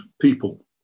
people